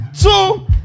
two